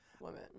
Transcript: women